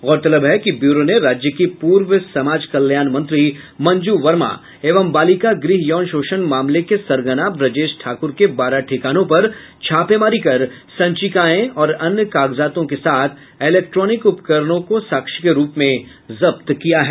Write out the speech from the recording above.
गौरतलब है कि ब्यूरो ने राज्य की पूर्व समाज कल्याण मंत्री मंजू वर्मा एवं बालिका गृह यौन शोषण मामले के सरगना ब्रजेश ठाकुर के बारह ठिकानों पर छापेमारी कर संचिकाएं और अन्य कागजातों के साथ इलेक्ट्रॉनिक उपकरणों को साक्ष्य के रूप में जब्त किया है